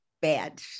bad